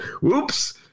Whoops